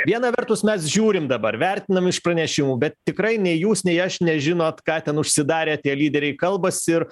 viena vertus mes žiūrim dabar vertinam iš pranešimų bet tikrai nei jūs nei aš nežinot ką ten užsidarę tie lyderiai kalbas ir